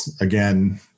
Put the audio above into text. again